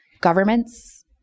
governments